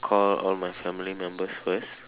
call all my family members first